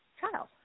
child